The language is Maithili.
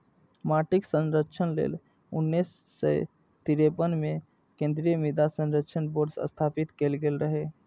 माटिक संरक्षण लेल उन्नैस सय तिरेपन मे केंद्रीय मृदा संरक्षण बोर्ड स्थापित कैल गेल रहै